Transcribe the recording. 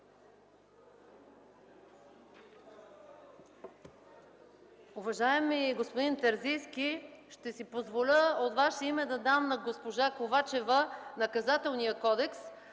Уважаеми господин Терзийски, ще си позволя от Ваше име да дам на госпожа Ковачева Наказателния кодекс.